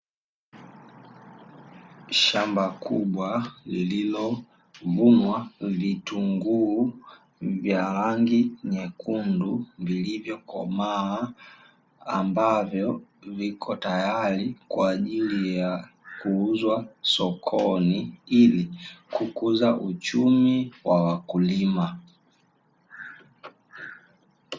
Shamba kubwa lililovunwa vitunguu vya rangi nyekundu vilivyokomaa, ambavyo viko tayari kwa ajili ya kuuzwa sokoni, ili kukuza uchumi wa wakulima.